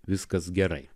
viskas gerai